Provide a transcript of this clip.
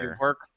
work